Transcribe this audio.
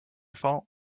fault